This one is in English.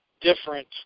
different